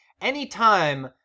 Anytime